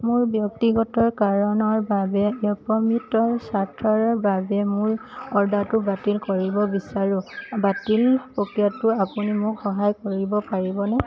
মই ব্যক্তিগত কাৰণৰ বাবে য়েপমিতৰ শ্বাৰ্টৰ বাবে মোৰ অৰ্ডাৰটো বাতিল কৰিব বিচাৰো বাতিল প্ৰক্ৰিয়াত আপুনি মোক সহায় কৰিব পাৰিবনে